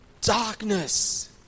Darkness